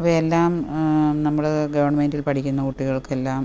അവയെല്ലാം നമ്മുടെ ഗവൺമെൻ്റിൽ പഠിക്കുന്ന കുട്ടികൾക്കെല്ലാം